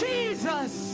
Jesus